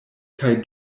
kaj